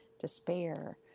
despair